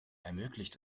ermöglicht